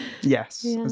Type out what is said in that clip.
yes